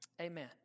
Amen